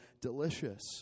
delicious